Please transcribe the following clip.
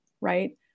right